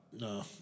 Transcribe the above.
No